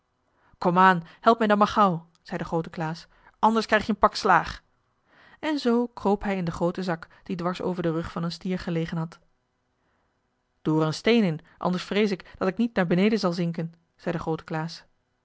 komaan help mij dan maar gauw zei de groote klaas anders krijg je een pak slaag en zoo kroop hij in den grooten zak die dwars over den rug van een stier gelegen had doe er een steen in anders vrees ik dat ik niet naar beneden zal zinken zei de groote klaas